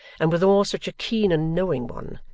and withal such a keen and knowing one,